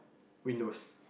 windows